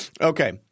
Okay